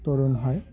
তরুণ হয়